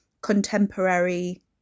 contemporary